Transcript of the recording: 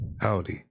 Howdy